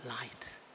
light